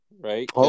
right